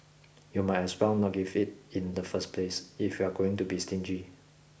you might as well not give it in the first place if you're going to be stingy